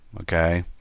okay